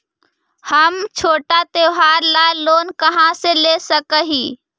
हम छोटा त्योहार ला लोन कहाँ से ले सक ही?